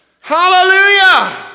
Hallelujah